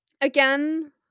Again